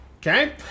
Okay